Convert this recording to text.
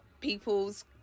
people's